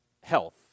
health